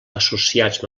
associats